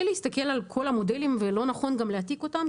לא נכון להעתיק את המודלים,